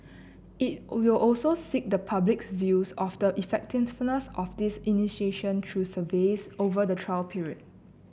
it will also seek the public's views of the effectiveness of this initiative through surveys over the trial period